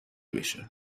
بشه